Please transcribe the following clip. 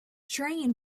train